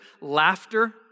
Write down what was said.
laughter